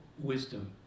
wisdom